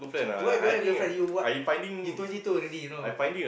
why don't have girlfriend you what you twenty two already you know